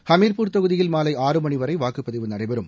ஹமீர்பூர் தொகுதியில் மாலை ஆறு மணி வரை வாக்குப்பதிவு நடைபெறும்